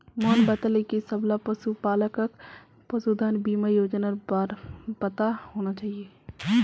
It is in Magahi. मोहन बताले कि सबला पशुपालकक पशुधन बीमा योजनार बार पता होना चाहिए